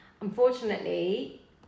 Unfortunately